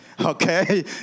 Okay